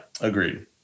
Agreed